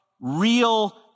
real